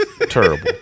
Terrible